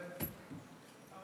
למה